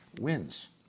wins